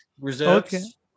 Reserves